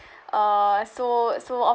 uh so so